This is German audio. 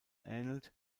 ähnelt